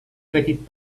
petit